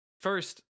first